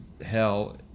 hell